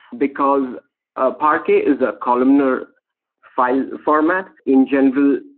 because ah parquet is a columnar fi le format in general.